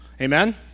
Amen